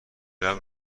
لبت